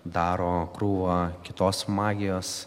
daro krūvą kitos magijos